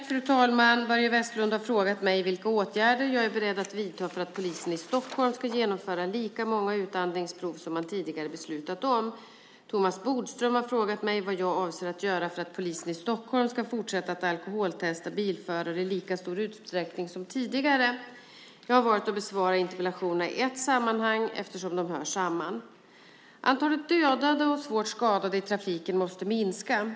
Fru talman! Börje Vestlund har frågat mig vilka åtgärder jag är beredd att vidta för att polisen i Stockholm ska genomföra lika många utandningsprov som man tidigare beslutat om. Thomas Bodström har frågat mig vad jag avser att göra för att polisen i Stockholm ska fortsätta att alkoholtesta bilförare i lika stor utsträckning som tidigare. Jag har valt att besvara interpellationerna i ett sammanhang eftersom de hör samman. Antalet dödade och svårt skadade i trafiken måste minska.